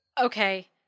okay